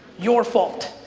your fault.